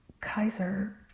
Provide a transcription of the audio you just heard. Kaiser